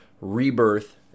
Rebirth